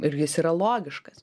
ir jis yra logiškas